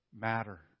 matter